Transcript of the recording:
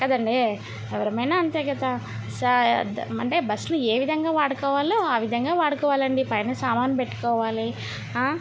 కదండీ ఎవరమైనా అంతే కదా అంటే బస్ని ఏ విధంగా వాడుకోవాలో ఆ విధంగా వాడుకోవాలండి పైన సామాన్ పెట్టుకోవాలి